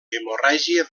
hemorràgia